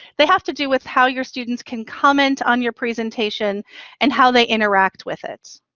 they have to do with how your students can comment on your presentation and how they interact with it.